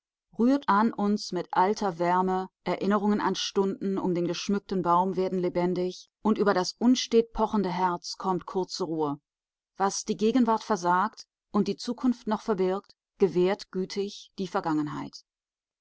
rührt an uns mit alter wärme erinnerungen an stunden um den geschmückten baum werden lebendig und über das unstet pochende herz kommt kurze ruhe was die gegenwart versagt und die zukunft noch verbirgt gewährt gütig die vergangenheit